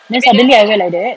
then suddenly I wear like that